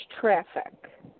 traffic